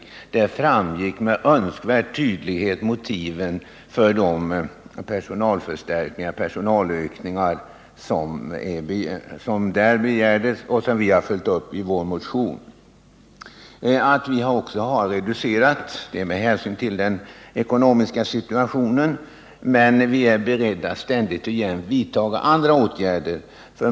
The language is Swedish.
Av den framgick med önskvärd tydlighet motiven för de personalförstärkningar som man där begärt och som vi följt uppi vår motion. Det har skett reduceringar med hänsyn till den ekonomiska situationen, men vi är också ständigt beredda att vidta andra åtgärder.